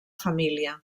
família